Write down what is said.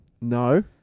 No